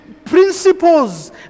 principles